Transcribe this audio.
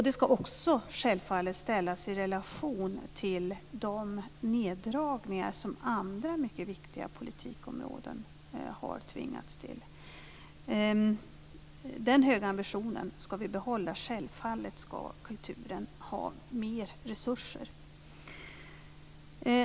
Det skall för det andra också ställas i relation till de neddragningar som andra mycket viktiga politikområden har tvingats till. Den höga ambitionen skall vi behålla - självfallet skall kulturen ha mer resurser.